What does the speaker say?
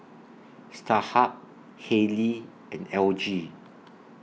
Starhub Haylee and L G